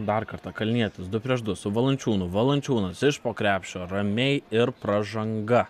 dar kartą kalnietis du prieš du su valančiūnu valančiūnas iš po krepšio ramiai ir pražanga